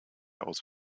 aus